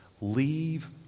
leave